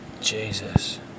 Jesus